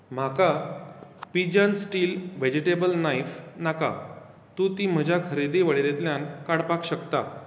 म्हाका Pigeon steel vegetable knife नाका तूं ती म्हज्या खरेदी वळेरेंतल्यान काडपाक शकता